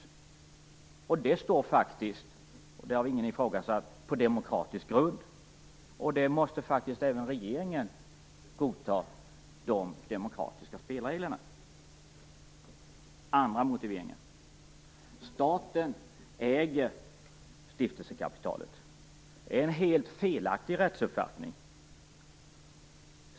Det beslutet står faktiskt - det har ingen ifrågasatt - på demokratisk grund, och även regeringen måste godta de demokratiska spelreglerna. Den andra motiveringen är att staten äger stiftelsekapitalet. Det är en helt felaktig rättsuppfattning.